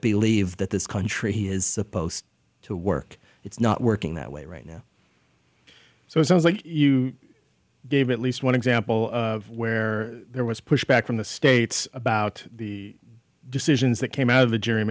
believe that this country he is supposed to work it's not working that way right now so it sounds like you dave at least one example where there was pushback from the states about the decisions that came out of